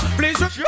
please